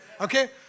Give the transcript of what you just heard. Okay